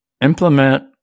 implement